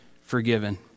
forgiven